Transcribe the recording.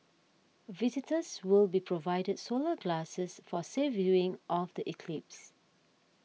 visitors will be provided solar glasses for safe viewing of the eclipse